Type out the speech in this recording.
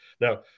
now